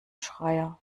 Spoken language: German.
schreier